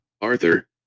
Arthur